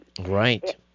Right